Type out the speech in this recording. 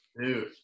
Dude